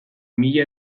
mila